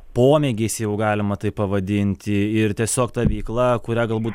pomėgiais jeigu galima taip pavadinti ir tiesiog ta veikla kurią galbūt